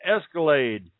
escalade